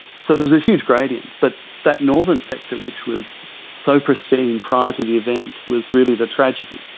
so there's a huge gradient, but that northern sector which was so pristine prior to the event was really the tragedy,